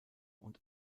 und